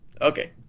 Okay